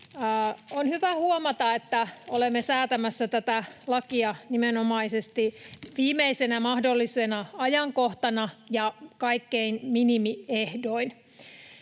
On hyvä huomata, että olemme säätämässä tätä lakia nimenomaisesti viimeisenä mahdollisena ajankohtana ja aivan minimiehdoin.